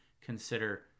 consider